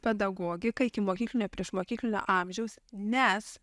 pedagogiką ikimokyklinio priešmokyklinio amžiaus nes